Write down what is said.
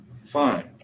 Fine